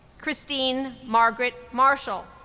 christine margaret marshall,